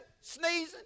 sneezing